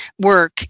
work